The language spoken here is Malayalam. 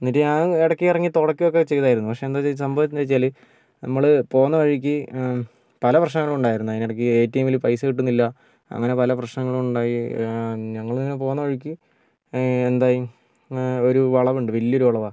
എന്നിട്ട് ഞാൻ ഇടക്ക് ഇറങ്ങി തുടയ്ക്കുകയൊക്കെ ചെയ്തായിരുന്നു പക്ഷേ എന്താ ചെയ് സംഭവംഎന്താന്ന് വച്ചാല് നമ്മള് പോകുന്ന വഴിക്ക് പല പ്രശ്നങ്ങളുണ്ടായിരുന്നു അതിനിടക്ക് എ ടി എമ്മില് പൈസ കിട്ടുന്നില്ല അങ്ങനെ പല പ്രശ്നങ്ങളും ഉണ്ടായി ഞങ്ങളിങ്ങനെ പോകുന്ന വഴിക്ക് എന്തായി ഒരു വളവുണ്ട് വലിയൊരു വളവാണ്